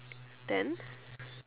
then